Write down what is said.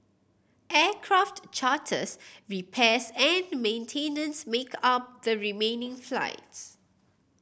aircraft charters repairs and maintenance make up the remaining flights